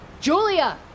Julia